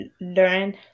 learn